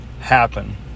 happen